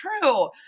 true